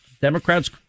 Democrats